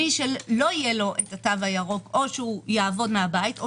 למי שלא יהיה התו הירוק או יעבוד מהבית או